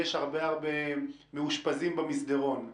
יש הרבה מאושפזים במסדרון.